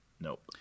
Nope